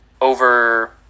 over